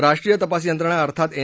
राष्ट्रीय तपास यंत्रणा अर्थात एन